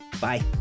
Bye